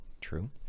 true